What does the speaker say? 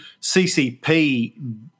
CCP